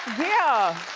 yeah.